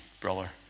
Brother